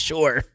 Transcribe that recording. Sure